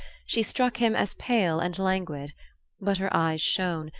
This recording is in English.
she struck him as pale and languid but her eyes shone,